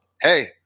Hey